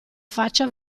faccia